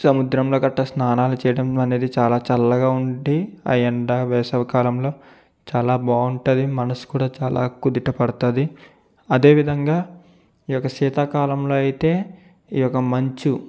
సముద్రంలో గట్ట స్నానాలు చేయటం అనేది చాలా చల్లగా ఉంటే ఆ ఎండ వేసవికాలంలో చాలా బాగుంటుంది మనసు కూడా చాలా కుదుట పడుతుంది అదే విధంగా ఈ యొక్క శీతాకాలంలో అయితే ఈ యొక్క మంచు